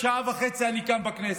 שעה וחצי אני כאן בכנסת.